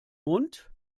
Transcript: mund